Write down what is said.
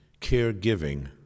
caregiving